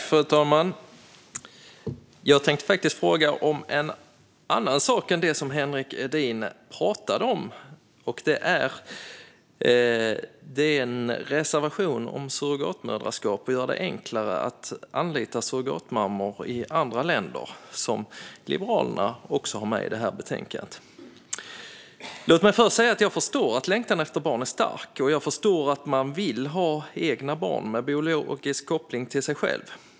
Fru talman! Jag tänkte fråga om en annan sak än det som Henrik Edin talade om. Det gäller en reservation om surrogatmoderskap och att göra det enklare att anlita surrogatmammor i andra länder som Liberalerna har med i betänkandet. Låt mig först säga att jag förstår att längtan efter barn är stark. Jag förstår att man vill ha egna barn med biologisk koppling till sig själv.